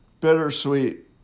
bittersweet